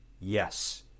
yes